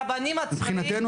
אז יש הבדל מהותי,